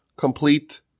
complete